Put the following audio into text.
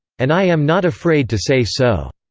and i am not afraid to say so.